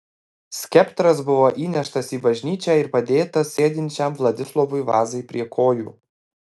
skeptras buvo įneštas į bažnyčią ir padėtas sėdinčiam vladislovui vazai prie kojų